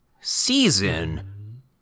season